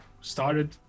started